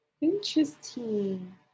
interesting